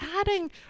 adding